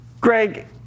Greg